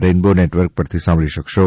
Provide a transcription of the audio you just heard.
rainbow network પરથી સાંભળી શકશો